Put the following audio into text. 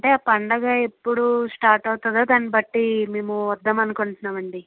అంటే ఆ పండగ ఎప్పుడు స్టార్ట్ అవుతుందా దాని బట్టి మేము వద్దామనుకుంటున్నాం అండి